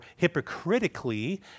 hypocritically